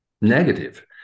negative